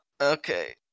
Okay